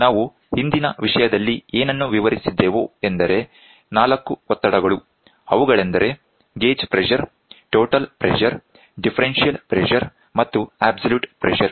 ಆದ್ದರಿಂದ ನಾವು ಹಿಂದಿನ ವಿಷಯದಲ್ಲಿ ಏನನ್ನು ವಿವರಿಸಿದ್ದೇವು ಎಂದರೆ 4 ಒತ್ತಡಗಳು ಅವುಗಳೆಂದರೆ gauge pressure total pressure differential pressure ಮತ್ತು ಅಬ್ಸಲ್ಯೂಟ್ ಪ್ರೆಶರ್